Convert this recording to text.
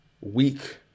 week